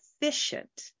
efficient